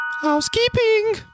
Housekeeping